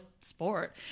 sport